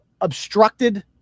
obstructed